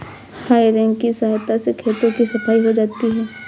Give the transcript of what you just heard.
हेइ रेक की सहायता से खेतों की सफाई हो जाती है